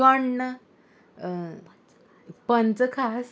कण्ण पंचखाद